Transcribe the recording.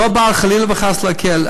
לא בא, חלילה וחס, להקל.